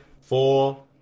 four